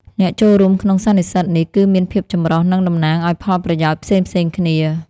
អ្នកចូលរួមក្នុងសន្និសីទនេះគឺមានភាពចម្រុះ និងតំណាងឱ្យផលប្រយោជន៍ផ្សេងៗគ្នា។